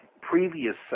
previous